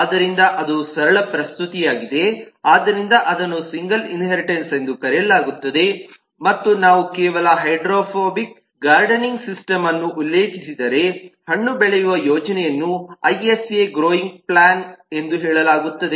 ಆದ್ದರಿಂದ ಅದು ಸರಳ ಪ್ರಸ್ತುತಿಯಾಗಿದೆ ಆದ್ದರಿಂದ ಅದನ್ನು ಸಿಂಗಲ್ ಇನ್ಹೇರಿಟನ್ಸ್ ಎಂದು ಕರೆಯಲಾಗುತ್ತದೆ ಮತ್ತು ನಾವು ಕೇವಲ ಹೈಡ್ರೋಪೋನಿಕ್ ಗಾರ್ಡನಿಂಗ್ ಸಿಸ್ಟಮ್ಅನ್ನು ಉಲ್ಲೇಖಿಸಿದರೆ ಹಣ್ಣು ಬೆಳೆಯುವ ಯೋಜನೆಯನ್ನು ಐಎಸ್ ಎ ಗ್ರೋಯಿಂಗ್ ಪ್ಲಾನ್ ಎಂದು ಹೇಳಲಾಗುತ್ತದೆ